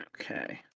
Okay